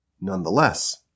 nonetheless